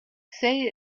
say